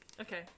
Okay